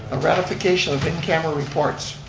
a ratification of hidden-camera reports.